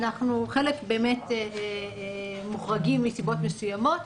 חלק באמת מוחרגים מסיבות מסוימות,